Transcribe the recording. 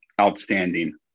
outstanding